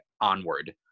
onward